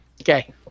Okay